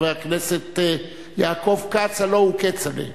חבר הכנסת יעקב כץ, הלוא הוא כצל'ה.